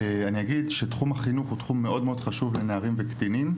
אני אגיד שתחום החינוך הוא תחום מאוד חשוב לנערים וקטינים.